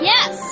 Yes